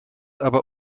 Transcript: aber